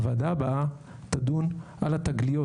הוועדה הבאה תדון על התגליות